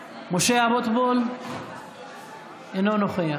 אבוטבול, אינו נוכח